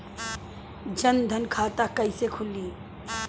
जनधन खाता कइसे खुली?